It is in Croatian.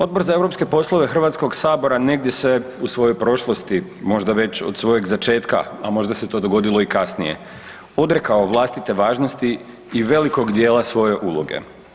Odbor za europske poslove HS-a negdje se u svojoj prošlosti možda već od svojeg začetka, a možda se to dogodilo i kasnije, odrekao vlastite važnosti i velikog dijela svoje uloge.